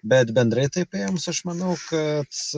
bet bendrai tai paėmus aš manau kad